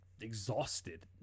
exhausted